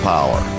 Power